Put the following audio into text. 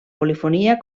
polifonia